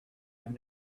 have